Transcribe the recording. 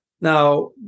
Now